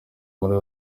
muri